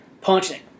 punching